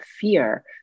fear